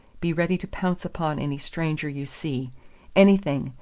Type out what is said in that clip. be ready to pounce upon any stranger you see anything,